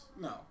no